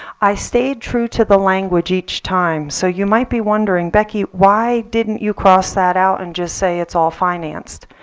i stayed true to the language each time. so you might be wondering, becky, why didn't you cross that out and just say it's all financed?